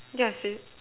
yeah said